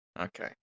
Okay